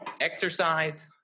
exercise